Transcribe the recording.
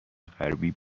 غربی